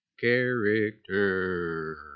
Character